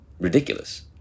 ridiculous